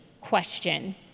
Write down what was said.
question